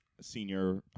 senior